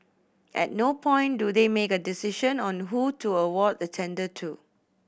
at no point do they make a decision on who to award the tender to